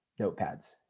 notepads